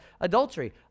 Adultery